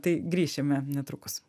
tai grįšime netrukus